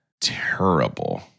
Terrible